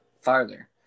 farther